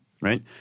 right